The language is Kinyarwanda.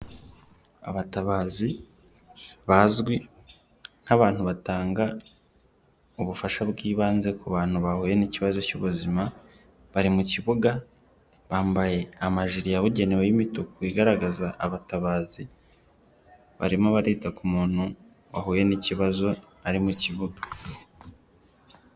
Abatabazi bazwi nk'abantu batanga ubufasha bw'ibanze ku bantu bahuye n'ikibazo cy'ubuzima, bari mu kibuga bambaye amajiri yabugenewe y'imituku igaragaza abatabazi, barimo barita ku muntu wahuye n'ikibazo ari mu kibuga.